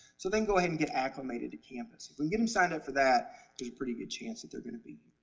so they can go ahead and get acclimated to campus. if we get them signed up for that there's pretty good chance that they're going to be